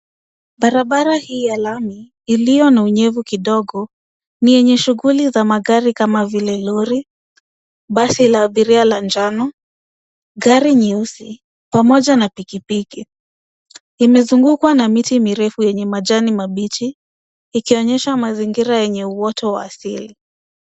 Barabara hii ya lami iliyo na unyevu kidogo ni yenye shughuli za magari kama vile lori, basi la abiria la njano, gari nyeusi pamoja na pikipiki. Imezungukwa na miti mirefu yenye majani mabichi ikionyesha mazingira ya asili yenye uoto wa asili.